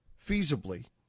feasibly